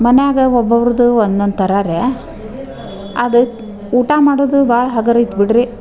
ಮನ್ಯಾಗೆ ಒಬ್ಬೊಬ್ರದ್ದು ಒಂದೊಂದು ಥರ ರೆ ಅದಕ್ಕೆ ಊಟ ಮಾಡೋದು ಭಾಳ ಹಗುರ ಇತ್ತು ಬಿಡಿರಿ